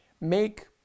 Make